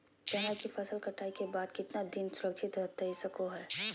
चना की फसल कटाई के बाद कितना दिन सुरक्षित रहतई सको हय?